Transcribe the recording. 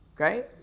Okay